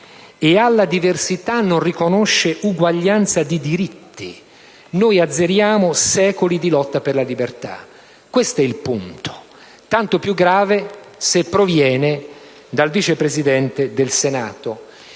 e alla diversità non riconosce uguaglianza di diritti, noi azzeriamo secoli di lotta per la libertà. Questo è il punto, tanto più grave se proviene dal Vice Presidente del Senato.